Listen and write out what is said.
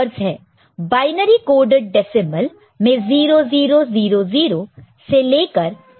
binary coded decimal में 0 0 0 0 से लेकर 1 0 0 1 तक है